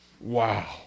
Wow